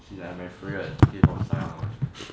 she like my favourite K pop star